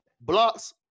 Blocks